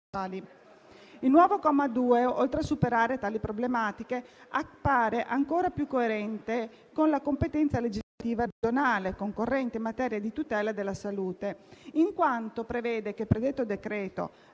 Il nuovo comma 2, oltre a superare tali problematiche, appare ancora più coerente con la competenza legislativa regionale concorrente in materia di tutela della salute, in quanto prevede che il predetto decreto,